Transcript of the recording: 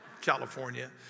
California